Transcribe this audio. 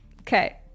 okay